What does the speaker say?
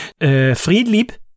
Friedlieb